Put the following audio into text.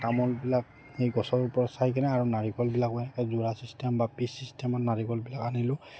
তামোলবিলাক সেই গছৰ ওপৰত চাই কিনে আৰু নাৰিকলবিলাকো এই যোৰা ছিষ্টেম বা পিচ চিষ্টেমত নাৰিকলবিলাক আনিলোঁ